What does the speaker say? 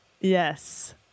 Yes